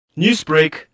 Newsbreak